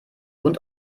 und